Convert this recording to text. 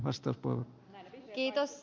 arvoisa puhemies